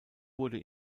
wurde